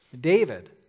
David